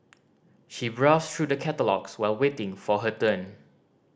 she browsed through the catalogues while waiting for her turn